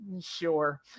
Sure